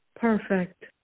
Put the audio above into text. perfect